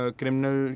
criminal